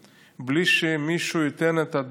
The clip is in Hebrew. בין אם הם אזרחי המדינה או תושבי הגדה